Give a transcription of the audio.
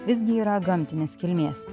visgi yra gamtinės kilmės